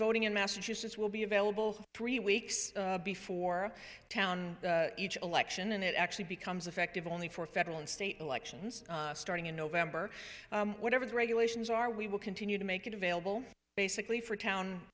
voting in massachusetts will be available three weeks before town each election and it actually becomes effective only for federal and state elections starting in november whatever the regulations are we will continue to make it available basically for town